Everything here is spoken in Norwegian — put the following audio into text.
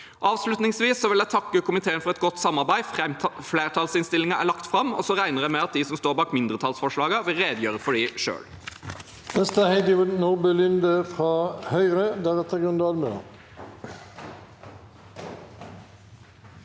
Avslutningsvis vil jeg takke komiteen for et godt samarbeid. Flertallsinnstillingen er lagt fram, og så regner jeg med at de som står bak mindretallsforslagene, vil redegjøre for disse selv.